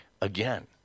again